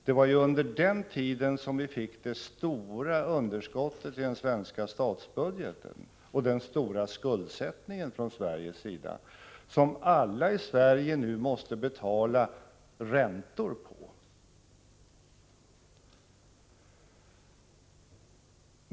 Det var under den tiden som vi fick det stora underskottet i den svenska statsbudgeten och den stora skuldsättning från Sveriges sida som alla i Sverige måste betala ränta på.